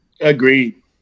Agreed